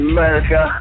America